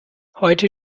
heute